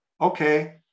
Okay